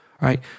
right